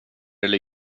eller